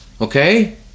Okay